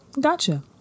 Gotcha